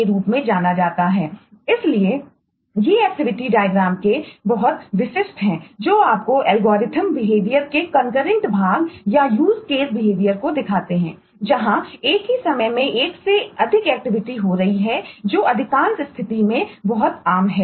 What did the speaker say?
दूसरी ओर एक ज्वाइन नोड हो रही हैं जो अधिकांश स्थितियों में बहुत आम है